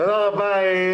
תודה רבה.